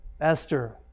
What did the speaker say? Esther